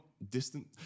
Distant